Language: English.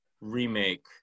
remake